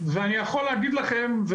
ואני יכול להגיד לכם,